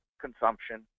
consumption